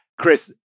Chris